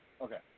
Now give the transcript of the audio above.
Okay